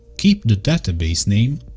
keep the database name,